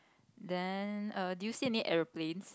then err did you see any aeroplanes